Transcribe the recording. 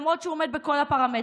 למרות שהוא עומד בכל הפרמטרים.